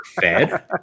Fed